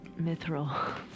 mithril